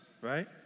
right